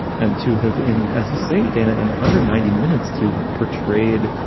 and to have in, as you say, dana, in under ninety minutes to have portrayed